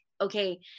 okay